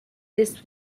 this